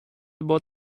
about